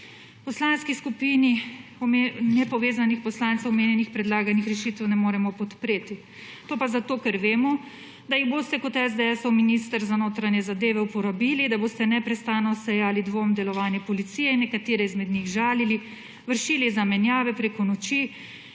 Poslanski skupini nepovezanih poslancev omenjenih predlaganih rešitev ne moremo podpreti. To pa zato, ker vemo, da jih boste kot SDS-ov minister za notranje zadeve uporabili, da boste neprestano sejali dvom delovanja policije in nekatere izmed njih žalili, vršili zamenjave preko noči,